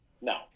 no